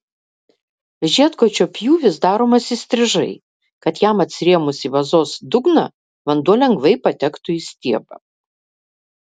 žiedkočio pjūvis daromas įstrižai kad jam atsirėmus į vazos dugną vanduo lengvai patektų į stiebą